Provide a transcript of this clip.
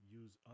use